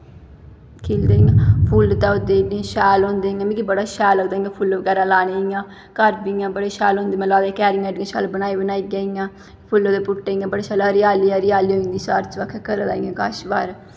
खिलदे इ'यां फुल्ल ते ओह् शैल होंदे ओह् इ'यां मिगी शैल लगदा फुल्ल बगैरा लाने इ'यां घर बी इ'यां बड़े शैल होंदे में लाए दे क्यारियां एड्डियां शैल बनाई बनाइयै इ'यां फुल्ले दे बूह्टे इ'यां बड़े शैल इ'यां हरियाली गै हरियाली होई जंदी चार चबक्खै घर दे इ'यां कश बाह्र